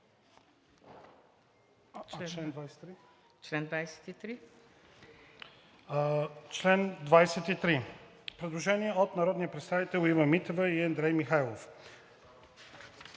чл. 23 има предложение от народните представители Ива Митева и Андрей Михайлов.